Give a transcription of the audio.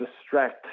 distract